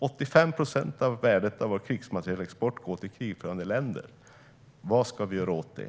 85 procent av värdet av vår krigsmaterielexport går till krigförande länder. Vad ska vi göra åt det?